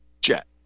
jet